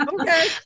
Okay